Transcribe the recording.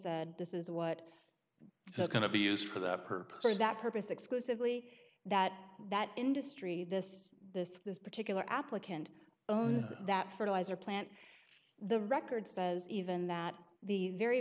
said this is what they're going to be used for that purpose for that purpose exclusively that that industry this this this particular applicant owes that fertilizer plant the record says even that the very